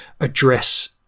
address